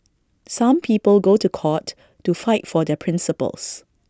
some people go to court to fight for their principles